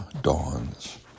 dawns